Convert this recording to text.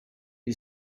you